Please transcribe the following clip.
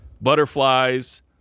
butterflies